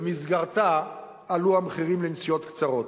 ובמסגרתה עלו המחירים לנסיעות קצרות,